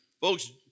Folks